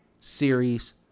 series